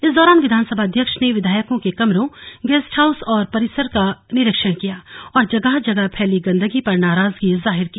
इस दौरान विधानसभा अध्यक्ष ने विधायकों के कमरों गेस्टहाउस और परिसर का निरीक्षण किया और जगह जगह फैली गंदगी पर नाराजगी जाहिर की